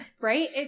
Right